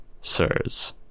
sirs